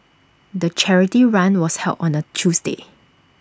the charity run was held on A Tuesday